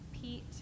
pete